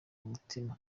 umuntu